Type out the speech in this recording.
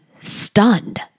stunned